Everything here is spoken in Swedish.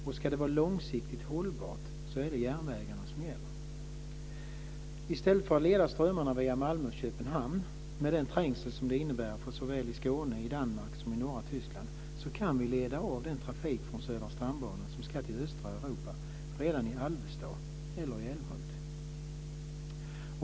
Och ska det vara långsiktigt hållbart är det järnvägarna som gäller. I stället för att leda strömmarna via Malmö-Köpenhamn, med den trängsel som det innebär såväl i Skåne som i Danmark och norra Tyskland, kan vi leda av den trafik från södra stambanan som ska till östra Europa redan i Alvesta eller Älmhult.